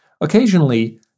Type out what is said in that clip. Occasionally